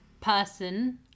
person